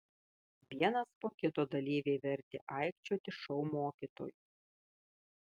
vienas po kito dalyviai vertė aikčioti šou mokytojus